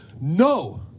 no